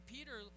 Peter